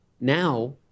Now